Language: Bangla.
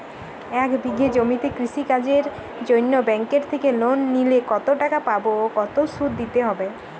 এক বিঘে জমিতে কৃষি কাজের জন্য ব্যাঙ্কের থেকে লোন নিলে কত টাকা পাবো ও কত শুধু দিতে হবে?